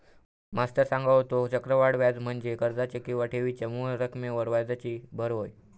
मास्तर सांगा होतो, चक्रवाढ व्याज म्हणजे कर्जाच्या किंवा ठेवीच्या मूळ रकमेवर व्याजाची भर होय